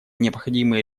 необходимые